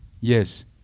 Yes